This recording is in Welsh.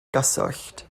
gyswllt